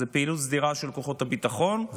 זו פעילות סדירה של כוחות הביטחון בהיקף גדול.